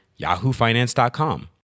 yahoofinance.com